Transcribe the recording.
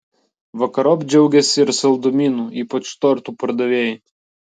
vakarop džiaugėsi ir saldumynų ypač tortų pardavėjai